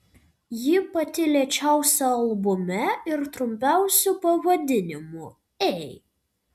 ji pati lėčiausia albume ir trumpiausiu pavadinimu ei